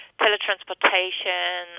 teletransportation